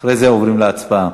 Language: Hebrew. אחרי זה עוברים להצבעה.